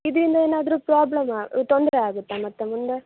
ಇದರಿಂದ ಏನಾದ್ರೂ ಪ್ರೋಬ್ಲಮ್ ತೊಂದರೆ ಆಗುತ್ತಾ ಮತ್ತೆ ಮುಂದೆ